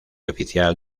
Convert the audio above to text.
oficial